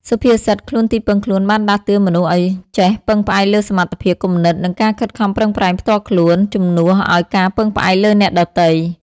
សុភាសិត«ខ្លួនទីពឹងខ្លួន»បានដាស់តឿនមនុស្សឲ្យចេះពឹងផ្អែកលើសមត្ថភាព គំនិត និងការខិតខំប្រឹងប្រែងផ្ទាល់ខ្លួន ជំនួសឲ្យការពឹងផ្អែកលើអ្នកដទៃ។